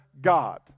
God